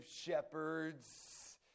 shepherds